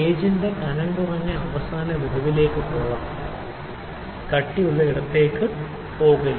ഗേജിന്റെ കനംകുറഞ്ഞ അവസാനം വിടവിലേക്ക് പോകാം കട്ടിയുള്ള ഇടത്തിലേക്ക് പോകില്ല